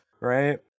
Right